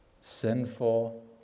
sinful